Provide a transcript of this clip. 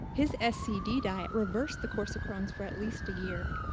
his scd diet reversed the course of crohn's for at least a year.